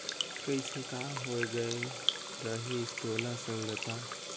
कइसे का होए गये रहिस तोला संगता